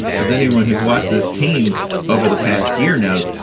as anyone who's watched this team over the past year knows,